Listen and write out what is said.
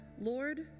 Lord